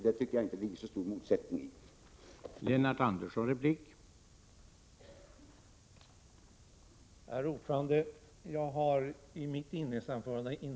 Jag tycker inte att det ligger en så stor motsättning i det.